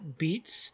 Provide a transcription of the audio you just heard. beats